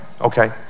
okay